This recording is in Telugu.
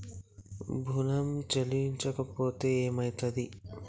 ఋణం చెల్లించకపోతే ఏమయితది?